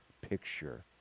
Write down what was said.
picture